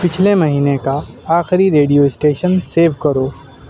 پچھلے مہینے کا آخری ریڈیو اسٹیشن سیو کرو